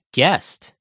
Guest